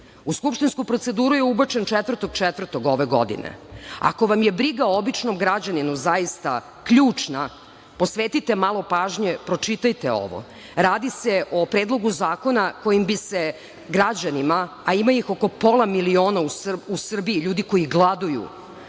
U skupštinsku proceduru je ubačen 4. aprila ove godine. Ako vam je briga o običnom građaninu zaista ključna, posvetite malo pažnje, pročitajte ovo. Radi se o Predlogu zakona kojim bi se građanima, a ima ih oko pola miliona u Srbiji, ljudi koji gladuju,